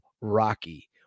rocky